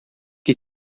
que